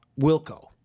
Wilco